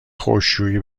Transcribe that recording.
خشکشویی